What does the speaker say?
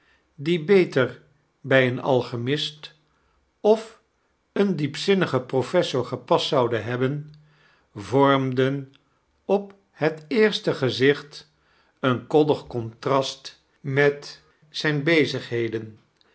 die foeter bij eeta alchimist of een diepzinnigen professor gepast zouden hebben vormden op het eerste gezicht een koddig contrast met zijne bezdgheden